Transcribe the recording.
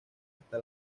hasta